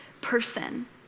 person